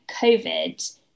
covid